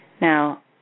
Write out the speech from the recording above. Now